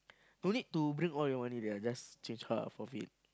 don't need to bring all your money lah just change half of it